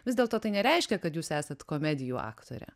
vis dėlto tai nereiškia kad jūs esat komedijų aktorė